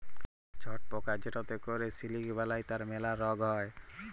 ছট পকা যেটতে ক্যরে সিলিক বালাই তার ম্যালা রগ হ্যয়